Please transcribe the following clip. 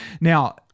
Now